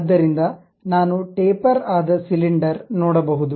ಆದ್ದರಿಂದ ನಾನು ಟೇಪರ್ ಆದ ಸಿಲಿಂಡರ್ ನೋಡಬಹುದು